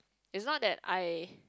is not that I